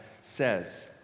says